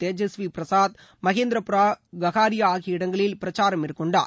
தேஜஸ்வி பிரசாத் மகேந்திரபுரா ககாரியா ஆகிய இடங்களில் பிரச்சாரம் மேற்கொண்டார்